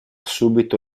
subito